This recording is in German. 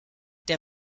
der